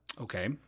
okay